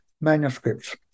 manuscripts